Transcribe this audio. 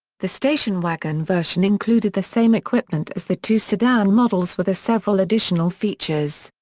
the station wagon version included the same equipment as the two sedan models with a several additional features.